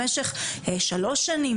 במשך שלוש שנים,